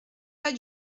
pas